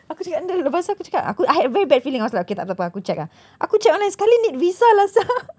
aku cakap dengan dia lepas tu aku cakap aku I had a very bad feeling I was like okay takpe takpe takpe aku check ah aku check online sekali need visa lah sia